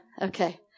Okay